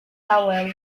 dawel